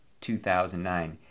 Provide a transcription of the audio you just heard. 2009